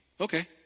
okay